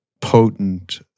potent